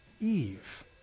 Eve